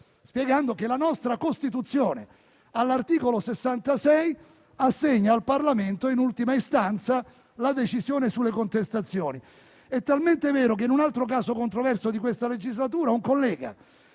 dicendo che la nostra Costituzione all'articolo 66 assegna al Parlamento, in ultima istanza, la decisione sulle contestazioni. Ciò è talmente vero che in un altro caso controverso di questa legislatura un collega